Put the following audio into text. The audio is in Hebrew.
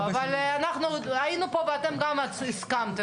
לא רק זה, גם יש פה אינטרס כספי.